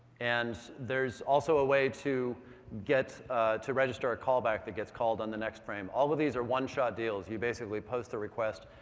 and there's also a way to get to register a call back that gets called on the next frame. all of these are one shot deals. you basically post a request,